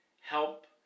help